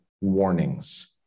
warnings